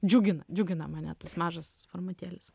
džiugina džiugina mane tas mažas formatėlis